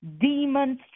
demons